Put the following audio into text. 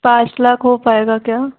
पाँच लाख हो पाएगा क्या